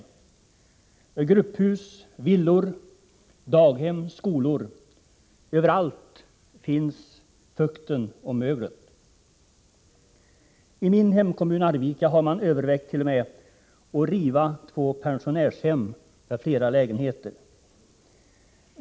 I grupphus, villor, daghem och skolor, ja, överallt finns fukten och möglet. I min hemkommun Arvika har man t.o.m. övervägt att riva två pensionärshem med flera lägenheter.